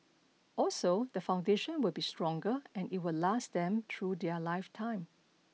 also the foundation will be stronger and it will last them through their lifetime